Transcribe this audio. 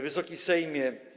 Wysoki Sejmie!